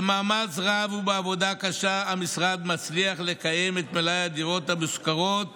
במאמץ רב ובעבודה קשה המשרד מצליח לקיים את מלאי הדירות המושכרות